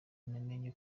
namenye